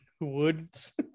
woods